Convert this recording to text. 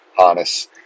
Harness